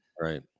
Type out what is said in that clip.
right